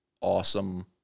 awesome